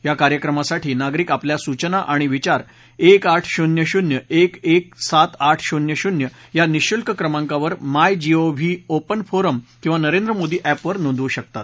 या कार्यक्रमासाठी नागरिक आपल्या सूचना आणि विचार एक आठ शून्य शून्य एक एक सात आठ शून्य शून्य या निःशुल्क क्रमांकावर my G O V open forum किंवा नरेंद्र मोदी एप वर नोंदवू शकतात